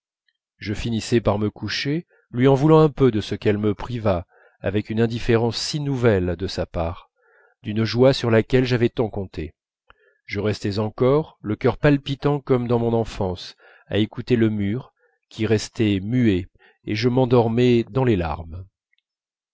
je finissais par me coucher lui en voulant un peu de ce qu'elle me privât avec une indifférence si nouvelle de sa part d'une joie sur laquelle j'avais compté tant je restais encore le cœur palpitant comme dans mon enfance à écouter le mur qui restait muet et je m'endormais dans les larmes